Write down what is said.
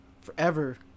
forever